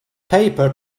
paper